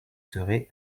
serez